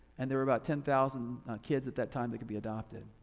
and there were about ten thousand kids at that time that could be adopted.